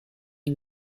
and